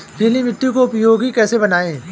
पीली मिट्टी को उपयोगी कैसे बनाएँ?